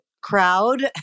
Crowd